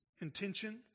intention